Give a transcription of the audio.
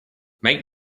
make